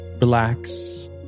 relax